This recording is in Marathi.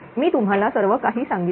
मी तुम्हाला सर्व काही सांगितले